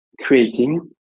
creating